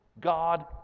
God